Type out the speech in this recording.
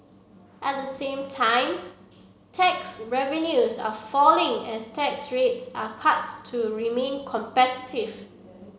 at the same time tax revenues are falling as tax rates are cuts to remain competitive